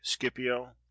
scipio